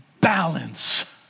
balance